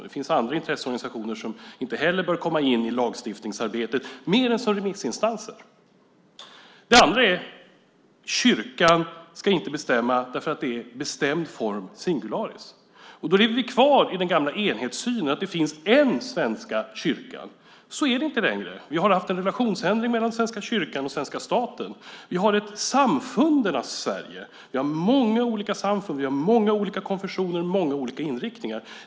Det finns andra intresseorganisationer som inte heller bör komma in i lagstiftningsarbetet mer än som remissinstanser. Det andra är att kyrkan inte ska bestämma därför att det är bestämd form singularis. Då lever vi kvar i den gamla enhetssynen att det finns en svensk kyrka. Så är det inte längre. Vi har haft en relationsändring mellan Svenska kyrkan och svenska staten. Vi har ett samfundens Sverige. Vi har många olika samfund. Vi har många olika konfessioner med många olika inriktningar.